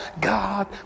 God